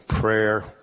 prayer